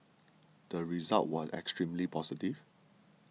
the result was extremely positive